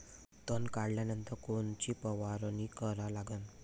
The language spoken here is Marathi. तन काढल्यानंतर कोनची फवारणी करा लागन?